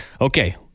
Okay